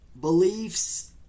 beliefs